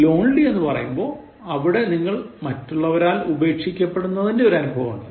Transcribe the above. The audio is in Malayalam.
എന്നാൽ lonely എന്ന് പറയുമ്പോൾ അവിടെ നിങ്ങൾ മറ്റുള്ളവരാൽ ഉപേക്ഷിക്കപ്പെടുന്നതിന്റെ ഒരു അനുഭവമുണ്ട്